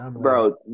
Bro